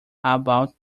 about